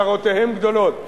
צרותיהם גדולות.